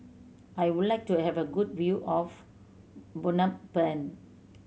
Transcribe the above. I would like to have a good view of Phnom Penh